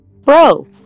Bro